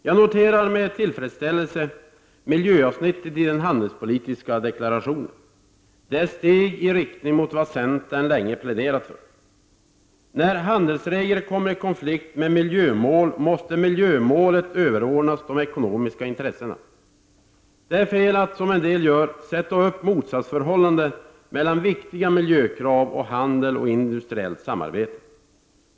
Jag noterar med tillfredsställelse miljöavsnittet i den handelspolitiska deklarationen. Det är steg i riktning mot vad centern länge pläderat för. När handelsregler kommer i konflikt med miljömål måste miljömålet överordnas de ekonomiska intressena. Det är fel att, som en del gör, sätta upp ett motsatsförhållande mellan viktiga miljökrav och handel och industriellt samarbete.